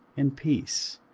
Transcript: and peace,